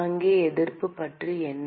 இங்கே எதிர்ப்பு பற்றி என்ன